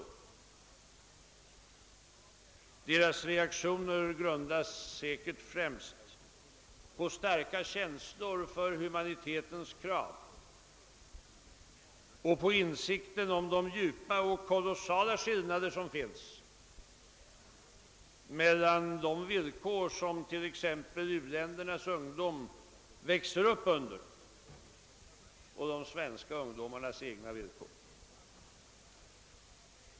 Deras reaktioner grundas säkert främst på starka känslor för humanitetens krav och på insikten om de djupa och kolossala skillnader som finns mellan de villkor som u-ländernas ungdom växer upp under och de svenska ungdomarnas egna villkor.